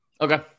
Okay